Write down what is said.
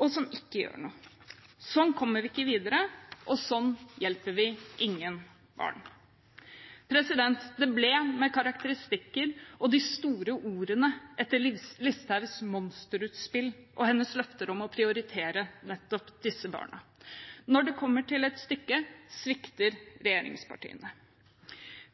men som ikke gjør noe. Slik kommer vi ikke videre, og slik hjelper vi ingen barn. Det ble med karakteristikker og de store ordene etter Listhaugs monsterutspill og hennes løfter om å prioritere disse barna. Når det kommer til stykket, svikter regjeringspartiene.